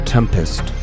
Tempest